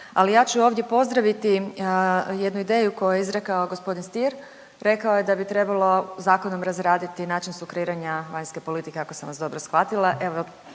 ali ja ću ovdje pozdraviti jednu ideju koju je izrekao g. Stier, rekao je da bi trebalo zakonom razraditi način sukreiranja vanjske politike, ako sam vas dobro shvatila,